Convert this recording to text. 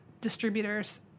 distributors